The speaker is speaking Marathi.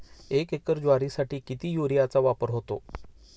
एक एकर ज्वारीसाठी किती युरियाचा वापर होतो?